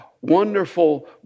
wonderful